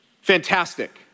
Fantastic